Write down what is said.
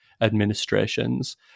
administrations